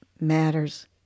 matters